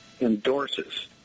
endorses